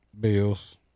Bills